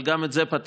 אבל גם את זה פתרנו,